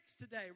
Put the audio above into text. today